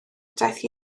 daeth